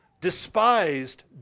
despised